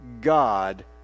God